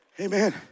Amen